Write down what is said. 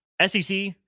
SEC